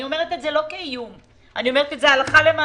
אני אומרת את זה לא כאיום אלא אני אומרת את זה הלכה למעשה.